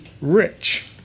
rich